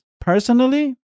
personally